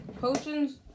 Potions